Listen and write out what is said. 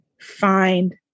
find